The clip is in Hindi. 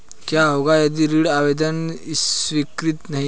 क्या होगा यदि ऋण आवेदन स्वीकृत नहीं है?